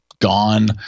gone